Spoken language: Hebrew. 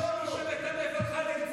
לא שוברים שתיקה על חיילי צה"ל.